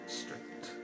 strict